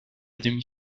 demi